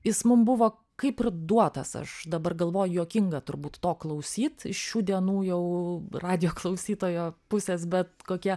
jis mum buvo kaip ir duotas aš dabar galvoju juokinga turbūt to klausyt šių dienų jau radijo klausytojo pusės bet kokie